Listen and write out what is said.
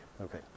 Okay